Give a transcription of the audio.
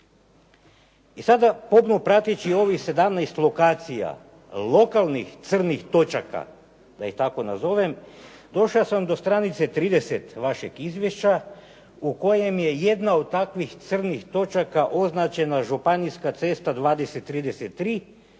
I sada pomno prateći ovih 17 lokacija lokalnih crnih točaka da ih tako nazovem došao sam do stranice 30 vašeg izvješća u kojem je jedna od takvih crnih točaka označena županijska cesta 2033